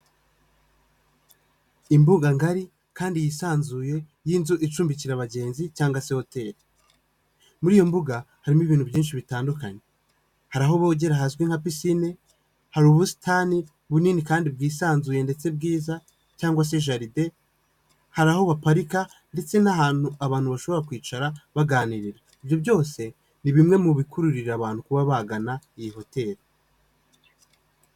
Imbuga ngari kandi yisanzuye y'inzu icumbikira abagenzi cyangwa se Hoteli. Muri iyo mbuga harimo ibintu byinshi bitandukanye. Hari aho bogera hazwi nka pisinine, hari ubusitani bunini kandi bwisanzuye ndetse bwiza cyangwa se Jaride, hari aho baparika ndetse n'ahantu abantu bashobora kwicara baganirira. Ibyo byose ni bimwe mu bikururira abantu kuba bagana iyi Hoteli.